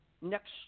next